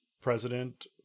president